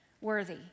worthy